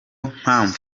mpamvu